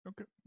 Okay